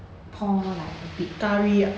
pour like a bit